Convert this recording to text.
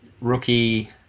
rookie